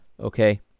okay